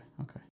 okay